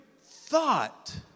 thought